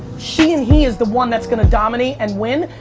she and he is the one that's gonna dominate and win,